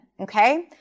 okay